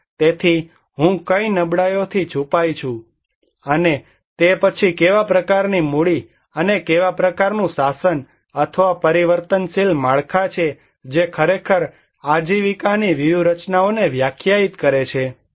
તેથી હું કઈ નબળાઈઓથી છુપાઈ છું અને તે પછી કેવા પ્રકારની મૂડી અને કેવા પ્રકારનું શાસન અથવા પરિવર્તનશીલ માળખાં છે જે ખરેખર આજીવિકાની વ્યૂહરચનાઓને વ્યાખ્યાયિત કરે છે